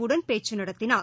வுடன் பேச்சு நடத்தினார்